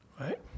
right